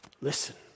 Listen